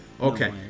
Okay